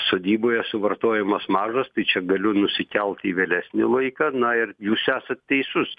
sodyboje suvartojimas mažas tai čia galiu nusikelt į vėlesnį laiką na ir jūs esat teisus